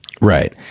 Right